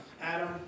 Adam